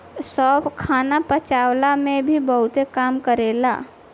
सौंफ खाना पचवला में भी बहुते काम करेला